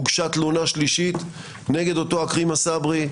הוגשה תלונה שלישית נגד אותו עכרמה סברי,